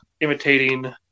imitating